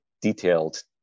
detailed